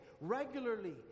regularly